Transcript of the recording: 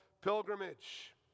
pilgrimage